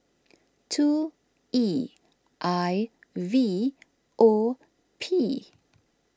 two E I V O P